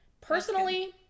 Personally